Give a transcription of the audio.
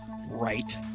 right